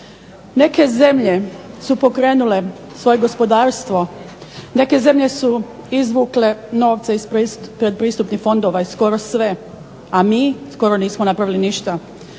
Neke zemlje su pokrenule svoje gospodarstvo, neke zemlje su izvukle novce iz pretpristupnih fondova i skoro sve a mi skoro nismo napravili ništa.